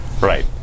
Right